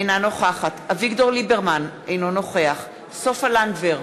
אינה נוכחת אביגדור ליברמן, אינו נוכח סופה לנדבר,